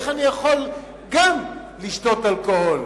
איך אני יכול גם לשתות אלכוהול?